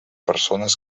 persones